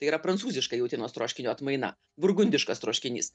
tai yra prancūziška jautienos troškinio atmaina burgundiškas troškinys